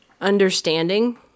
understanding